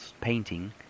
painting